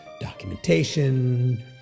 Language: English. documentation